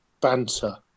banter